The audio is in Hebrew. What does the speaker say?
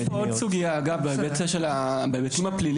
יש פה עוד סוגיה, אגב, בהיבטים הפליליים.